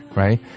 right